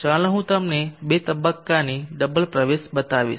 ચાલો હું તમને બે તબક્કાની ડબલ પ્રવેશ બતાવીશ